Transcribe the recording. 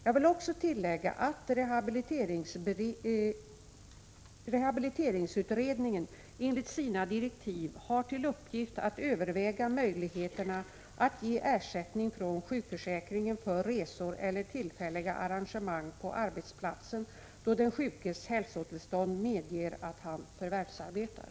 Jag vill också tillägga att rehabiliteringsutredningen enligt sina direktiv har till uppgift att överväga möjligheterna att ge ersättning från sjukförsäkringen för resor eller tillfälliga arrangemang på arbetsplatsen, då den sjukes hälsotillstånd medger att han förvärvsarbetar.